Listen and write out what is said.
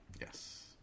Yes